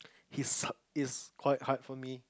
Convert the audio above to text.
his it's quite hard for me